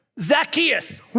Zacchaeus